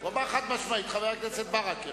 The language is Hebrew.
הוא אמר חד-משמעית, חבר הכנסת ברכה.